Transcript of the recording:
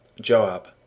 Joab